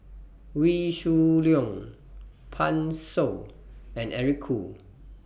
Wee Shoo Leong Pan Shou and Eric Khoo